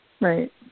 Right